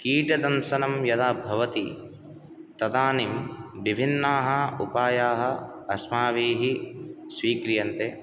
कीटदंशनं यदा भवति तदानीं विभिन्नाः उपायाः अस्माभिः स्वीक्रियन्ते